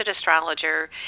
astrologer